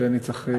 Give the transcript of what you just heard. שאני צריך לשאת.